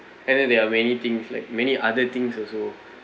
and then there are many things like many other things also